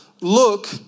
look